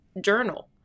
journal